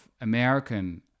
American